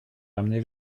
ramené